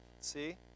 See